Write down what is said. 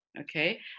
Okay